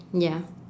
ya